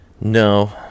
No